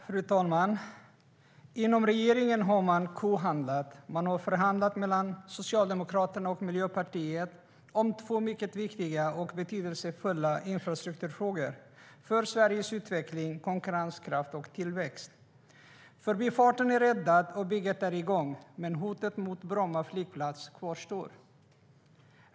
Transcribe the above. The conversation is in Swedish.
Fru talman! Inom regeringen har man kohandlat. Man har mellan Socialdemokraterna och Miljöpartiet förhandlat om två mycket viktiga och betydelsefulla infrastrukturfrågor för Sveriges utveckling, konkurrenskraft och tillväxt. Förbifarten är räddad och bygget igång, men hotet mot Bromma flygplats kvarstår.